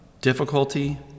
difficulty